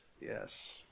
yes